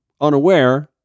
unaware